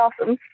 awesome